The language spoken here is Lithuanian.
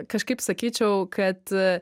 kažkaip sakyčiau kad